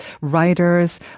writers